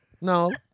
no